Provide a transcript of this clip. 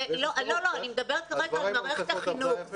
לא, אני מדברת כרגע על מערכת החינוך.